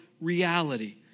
reality